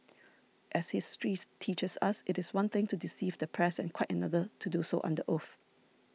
as history teaches us it is one thing to deceive the press and quite another to do so under oath